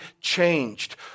changed